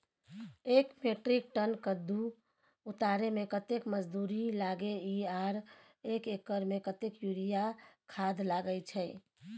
एक metric ton कद्दू उतारे में कतेक मजदूरी लागे इ आर एक एकर में कतेक यूरिया खाद लागे छै?